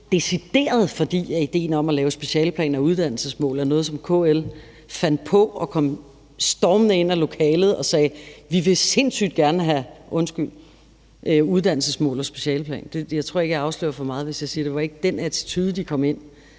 at idéen om at lave specialeplan og uddannelsesmål var noget, som KL selv fandt på at komme stormende ind i lokalet med at sige: Vi vil sindssygt gerne – undskyld – have uddannelsesmål og specialeplan. Jeg tror ikke, jeg afslører for meget, hvis jeg siger, at det ikke var den attitude, de kom ind